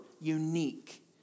unique